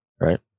Right